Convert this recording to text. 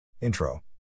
Intro